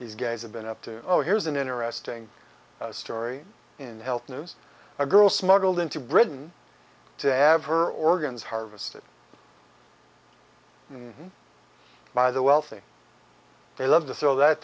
these guys have been up to or here's an interesting story in health news a girl smuggled into britain to have her organs harvested by the wealthy they love this so that